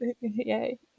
Yay